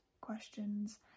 questions